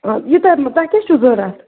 آ یہِ تۄہہِ تۄہہِ کیٛاہ چھُو ضروٗرت